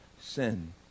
sin